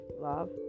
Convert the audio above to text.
love